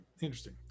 Interesting